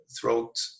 throat